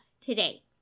today